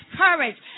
courage